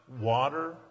water